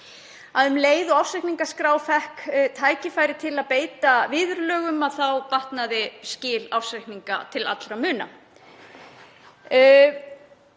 Um leið og ársreikningaskrá fékk tækifæri til að beita viðurlögum þá bötnuðu skil ársreikninga til muna.